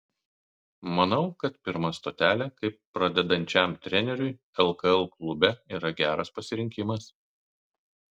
manau kad pirma stotelė kaip pradedančiam treneriui lkl klube yra geras pasirinkimas